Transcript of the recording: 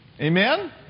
Amen